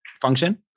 function